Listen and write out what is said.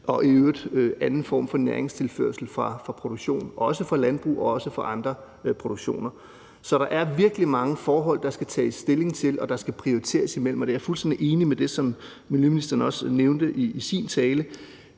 Og i øvrigt er der anden form for næringstilførsel fra produktion, også fra landbrug og også fra andre produktioner. Så der er virkelig mange forhold, der skal tages stilling til, og som der skal prioriteres imellem. Og der er jeg fuldstændig enig i det, som miljøministeren også nævnte i sin tale,